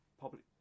public